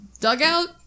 dugout